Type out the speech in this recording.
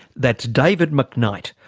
that's david mcknight,